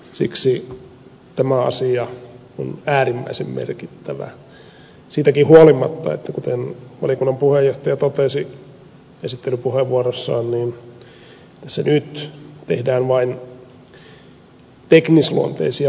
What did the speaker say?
siksi tämä asia on äärimmäisen merkittävä siitäkin huolimatta että kuten valiokunnan puheenjohtaja totesi esittelypuheenvuorossaan tässä nyt tehdään vain teknisluonteisia muutoksia